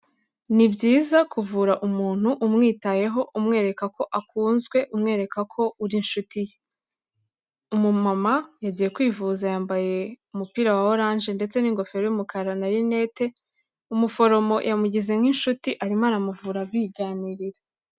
Ni byiza kuvura umuntu umwitayeho umwereka ko akunzwe, umwereka ko uri inshuti ye, umumama yagiye kwivuza yambaye umupira wa orange ndetse n'ingofero y'umukara na rinete, umuforomo yamugize nk'inshuti arimo aramuvura biganirira.